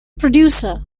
producer